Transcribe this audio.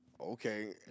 okay